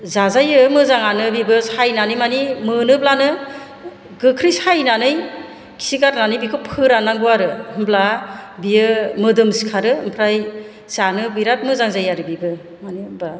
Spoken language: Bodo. जाजायो मोजांआनो बेबो सायनानै माने मोनोब्लानो गोख्रै सायनानै खि गारनानै बेखौ फोराननांगौ आरो होनब्ला बेयो मोदोम सिखारो ओमफ्राय जानो बिराद मोजां जायो आरो बेबो मानो होनबा